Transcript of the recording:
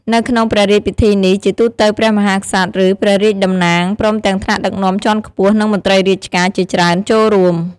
នៅក្នុងព្រះរាជពិធីនេះ ជាទូទៅ ព្រះមហាក្សត្រ ឬ ព្រះរាជតំណាង ព្រមទាំងថ្នាក់ដឹកនាំជាន់ខ្ពស់ និងមន្ត្រីរាជការជាច្រើនចូលរួម។